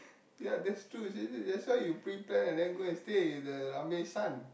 ya that's true you see that's why you pre-plan and go stay with the Ramesh son